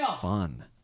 fun